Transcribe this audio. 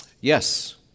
Yes